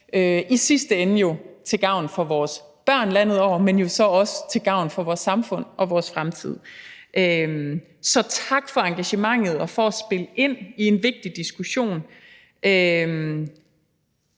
I sidste ende er det jo til gavn for vores børn landet over, men jo så også til gavn for vores samfund og vores fremtid. Så tak for engagementet og for at spille ind i en vigtig diskussion.